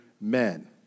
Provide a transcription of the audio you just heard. men